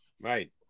Right